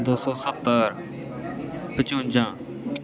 दो सौ सत्तर पचुन्जा